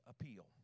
appeal